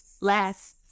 last